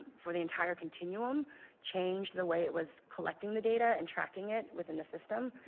for the entire continuum changed the way it was collecting the data and tracking it within the system.